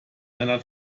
einer